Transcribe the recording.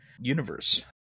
universe